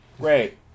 Great